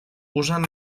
usen